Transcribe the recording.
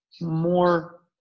more